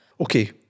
okay